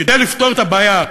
כדי לפתור את הבעיה